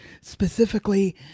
specifically